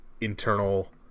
internal